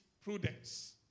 prudence